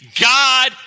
God